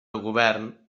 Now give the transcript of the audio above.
govern